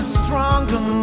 stronger